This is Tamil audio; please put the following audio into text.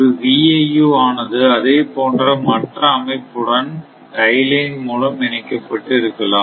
ஒரு VIU ஆனது அதே போன்ற மற்ற அமைப்பு உடன் டை லைன் மூலம் இணைக்கப்பட்டு இருக்கலாம்